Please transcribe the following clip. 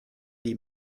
die